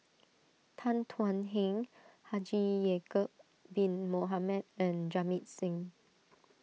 Tan Thuan Heng Haji Ya'Acob Bin Mohamed and Jamit Singh